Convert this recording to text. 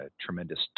tremendous